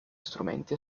strumenti